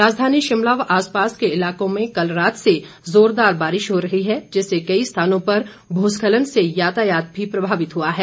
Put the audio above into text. राजधानी शिमला व आसपास के इलाकों में कल रात से जोरदार बारिश हो रही है जिससे कई स्थानों पर भूस्खलन से यातायात भी प्रभावित हुआ है